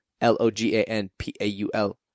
L-O-G-A-N-P-A-U-L